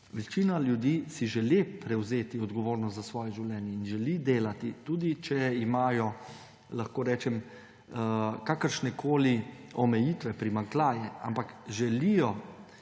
večina ljudi si želi prevzeti odgovornost za svoje življenje in želi delati, tudi če imajo, lahko rečem, kakršne koli omejitve, primanjkljaje, ampak želijo